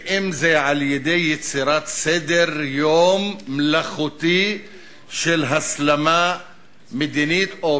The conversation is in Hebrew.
ואם על-ידי יצירת סדר-יום מלאכותי של הסלמה מדינית או